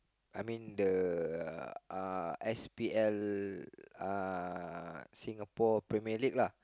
I mean the uh S_P_L uh Singapore-Premier-League lah uh